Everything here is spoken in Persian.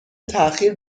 تاخیر